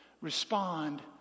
Respond